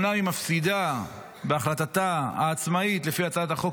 אומנם היא מפסידה בהחלטתה העצמאית לפי הצעת החוק